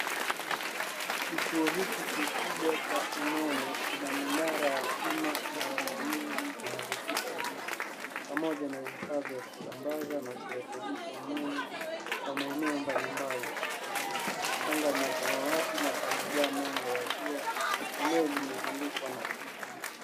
Kituo hiki kikubwa cha umeme kina minara ya chuma na waya nyingi zinazopita juu pamoja na vifaa vya kusambaza na kurekebisha umeme kwa maeneo mbalimbali. Anga ni ya samawati na pamejaa mwanga wa jua. Eneo limezungukwa na uzio.